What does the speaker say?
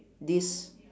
this